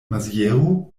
maziero